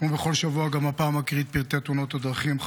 כמו בכל שבוע גם הפעם אקריא את פרטי תאונות הדרכים,